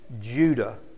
Judah